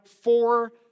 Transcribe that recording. four